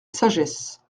sagesse